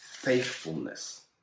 faithfulness